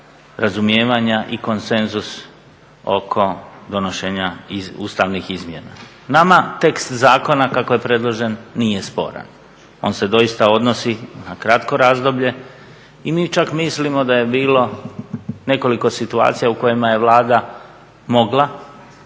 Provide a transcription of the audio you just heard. razumijevanja i konsenzus oko donošenja ustavnih izmjena. Nama tekst zakona kako je predložen nije sporan. On se doista odnosi na kratko razdoblje i mi čak mislimo da je bilo nekoliko situacija u kojima je Vlada mogla